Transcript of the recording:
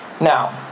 Now